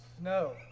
No